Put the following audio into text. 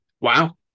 wow